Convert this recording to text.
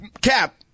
Cap